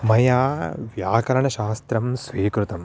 मया व्याकरणशास्त्रं स्वीकृतं